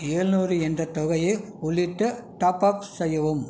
ஏழுநூறு என்ற தொகையை உள்ளிட்ட டாப்ஆப் செய்யவும்